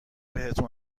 بهتون